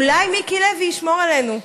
אולי מיקי לוי ישמור עלינו.